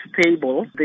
stable